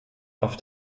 auf